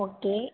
okay